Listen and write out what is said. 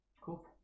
Cool